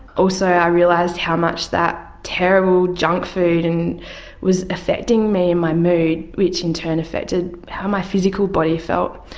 also i realised how much that terrible junk food and was affecting me and my mood, which in turn affected how my physical body felt.